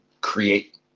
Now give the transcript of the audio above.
create